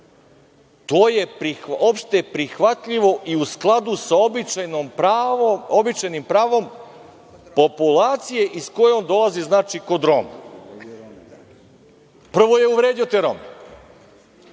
„To je opšte prihvatljivo i u skladu sa običajnim pravom populacije iz koje on dolazi, znači kod Roma“. Prvo je uvredio te Rome,